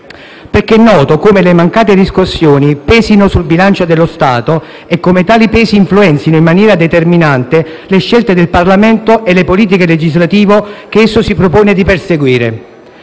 infatti noto come le mancate riscossioni pesino sul bilancio dello Stato e come tali pesi influenzino in maniera determinante le scelte del Parlamento e le politiche legislative che esso si propone di perseguire.